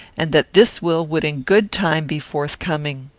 and that this will would in good time be forthcoming.